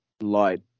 light